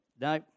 no